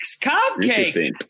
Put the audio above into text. Cupcakes